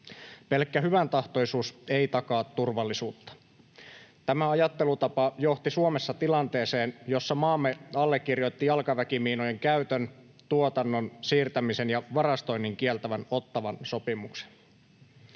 Pelkkä hyväntahtoisuus ei takaa turvallisuutta. Tämä ajattelutapa johti Suomessa tilanteeseen, jossa maamme allekirjoitti jalkaväkimiinojen käytön, tuotannon, siirtämisen ja varastoinnin kieltävän Ottawan sopimuksen.